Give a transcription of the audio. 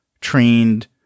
trained